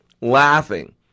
laughing